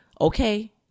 okay